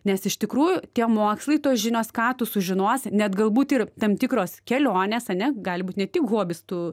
nes iš tikrųjų tie mokslai tos žinios ką tu sužinosi net galbūt ir tam tikros kelionės ane gali būt ne tik hobis tu